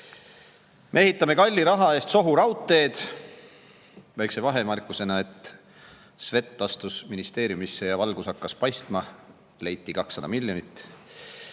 Me ehitame kalli raha eest sohu raudteed – väikese vahemärkusena: Svet astus ministeeriumisse ja valgus hakkas paistma, leiti 200 miljonit